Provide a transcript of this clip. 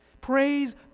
Praise